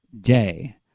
day